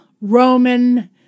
Roman